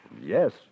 yes